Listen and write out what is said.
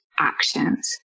Actions